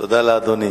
תודה לאדוני.